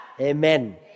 Amen